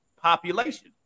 population